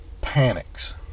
panics